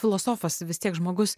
filosofas vis tiek žmogus